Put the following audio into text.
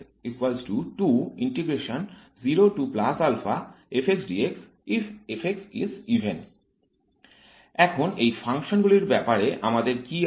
এখন এই ফাংশনগুলির ব্যাপারে আমাদের কী আছে